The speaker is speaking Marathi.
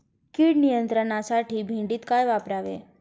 कीड नियंत्रणासाठी भेंडीत काय वापरावे?